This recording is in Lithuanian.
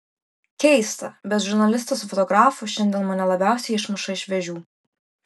keista bet žurnalistas su fotografu šiandien mane labiausiai išmuša iš vėžių